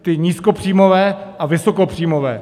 Ty nízkopříjmové a vysokopříjmové.